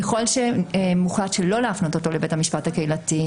ככל שמוחלט שלא להפנות אותו לבית המשפט הקהילתי,